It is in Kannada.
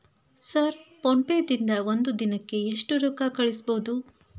ಸರ್ ಫೋನ್ ಪೇ ದಿಂದ ಒಂದು ದಿನಕ್ಕೆ ಎಷ್ಟು ರೊಕ್ಕಾ ಕಳಿಸಬಹುದು?